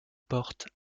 porte